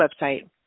website